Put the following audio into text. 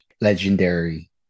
legendary